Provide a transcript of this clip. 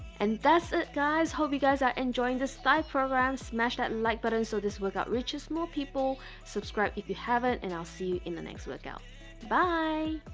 and that's it guys! hope you guys are enjoying this thigh program smash that and like button so this workout reaches more people subscribe if you haven't and i'll see you in the next workout bye!